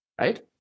right